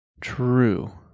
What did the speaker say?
True